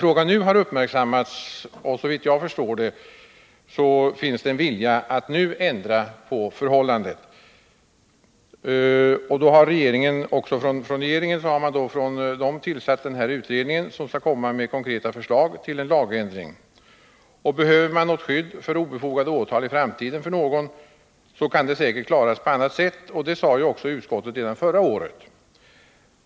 Frågan har nu uppmärksammats, och såvitt jag förstår finns det en vilja att ändra på förhållandena. Regeringen har således tillsatt en utredning, som skall lägga fram konkreta förslag till lagändring. Behövs det i framtiden ett skydd för någon mot obefogade åtal kan det säkert klaras på annat sätt, och det anförde också utskottet redan förra året.